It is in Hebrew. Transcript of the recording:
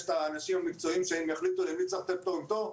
יש את האנשים המקצועיים שהם יחליטו למי צריך לתת פטור מתור,